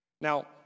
now